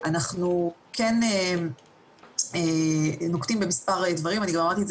אנחנו מדברים פה על שני חוקים עיקריים כשאנחנו מתייחסים לתחום הזה